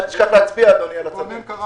אל תשכח להצביע, אדוני, על הצווים.